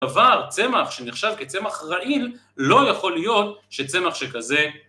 דבר, צמח שנחשב כצמח רעיל, לא יכול להיות שצמח שכזה...